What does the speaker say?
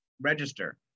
register